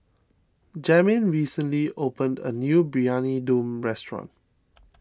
Jamin recently opened a new Briyani Dum restaurant